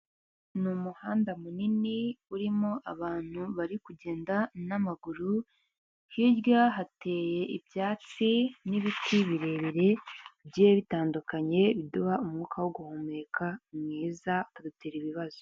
Ni umuhanda munini urimo abantu bari kugenda n'amaguru, hirya hateye ibyatsi n'ibiti birebire bigiye bitandukanye biduha umwuka wo guhumeka mwiza akadutera ibibazo.